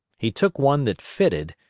he took one that fitted,